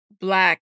black